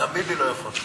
גם ביבי לא יכול.